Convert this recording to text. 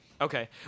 Okay